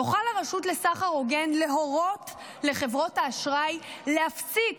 תוכל הרשות לסחר הוגן להורות לחברות האשראי להפסיק